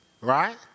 right